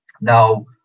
Now